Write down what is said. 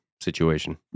situation